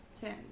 Ten